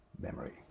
memory